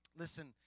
Listen